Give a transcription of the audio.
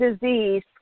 disease